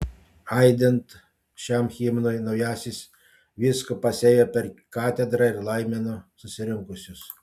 aidint šiam himnui naujasis vyskupas ėjo per katedrą ir laimino susirinkusius